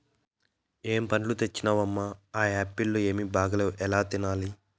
ఏం పండ్లు తెచ్చినవమ్మ, ఆ ఆప్పీల్లు ఏమీ బాగాలేవు ఎలా తినాలి